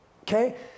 okay